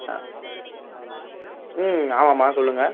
ஆ ம் ஆமாம்மா சொல்லுங்கள்